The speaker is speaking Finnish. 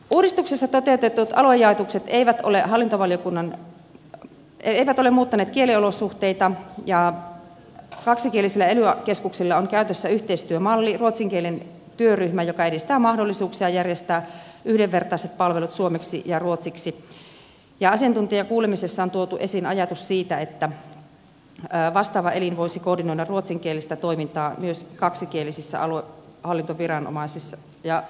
uudistuksessa toteutetut aluejaoitukset eivät ole muuttaneet kieliolosuhteita ja kaksikielisillä ely keskuksilla on käytössä yhteistyömalli ruotsin kielen työryhmä joka edistää mahdollisuuksia järjestää yhdenvertaiset palvelut suomeksi ja ruotsiksi ja asiantuntijakuulemisessa on tuotu esiin ajatus siitä että vastaava elin voisi koordinoida ruotsinkielistä toimintaa myös kaksikielisissä aluehallintoviranomaisissa ja virastoissa